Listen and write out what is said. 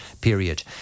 period